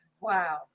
Wow